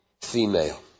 female